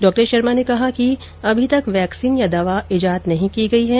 डॉ शर्मा ने कहा कि अभी तक वैक्सीन या दवा ईजाद नहीं की गई है